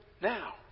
now